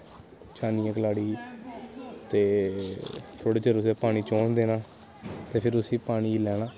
छानियै कलाड़ी ते थोह्ड़े चिर उसदा पानी चोन देना ते फिर उसी पानी गी लैना